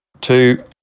Two